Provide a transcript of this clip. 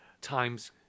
times